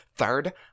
Third